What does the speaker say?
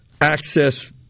access